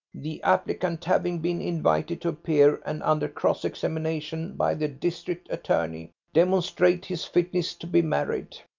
the applicant having been invited to appear and under cross-examination by the district attorney demonstrate his fitness to be married.